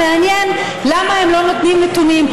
מעניין למה הם לא נותנים נתונים,